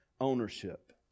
ownership